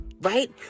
right